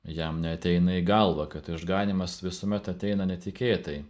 jam neateina į galvą kad išganymas visuomet ateina netikėtai